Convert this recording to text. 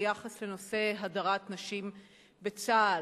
ביחס לנושא הדרת נשים בצה"ל.